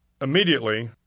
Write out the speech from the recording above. Immediately